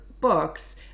books